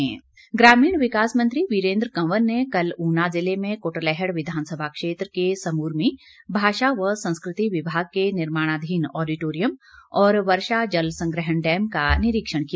वीरेंद्र कंवर ग्रामीण विकास मंत्री वीरेंद्र कंवर ने कल उना जिले में कुटलैहड़ विधानसभा क्षेत्र के समूर में भाषा व संस्कृति विभाग के निर्माणाधीन ऑडिटोरियम और वर्षा जल संग्रहण डैम का निरीक्षण किया